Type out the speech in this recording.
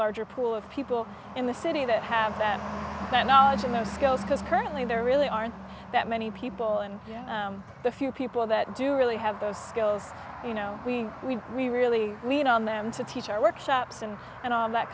larger pool of people in the city that have them that knowledge and those skills because currently there really aren't that many people and the few people that do really have those skills you know we we we really lean on them to teach our workshops and and all that